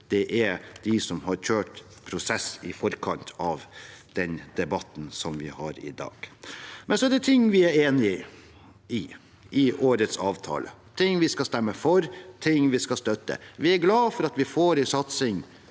det er de som har kjørt en prosess i forkant av den debatten som vi har i dag. Så er det ting vi er enig i i årets avtale – ting vi skal stemme for, ting vi skal støtte. Vi er glad for at vi får en satsing